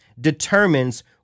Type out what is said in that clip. determines